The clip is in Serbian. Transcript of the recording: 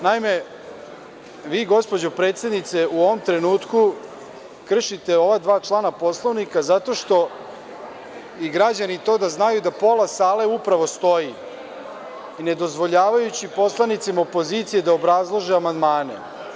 Naime, vi gospođo predsednice u ovom trenutku kršite ova dva člana Poslovnika zato što i građani to da znaju da pola sale upravo stoji i ne dozvoljavajući poslanicima opozicije da obrazlože amandmane.